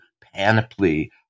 panoply